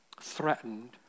threatened